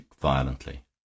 violently